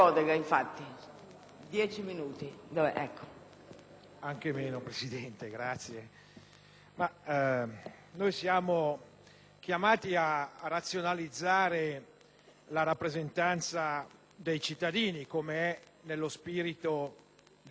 noi siamo chiamati a razionalizzare la rappresentanza dei cittadini, come è nello spirito delle modifiche apportate alla legge n. 18 del 1979. Una forza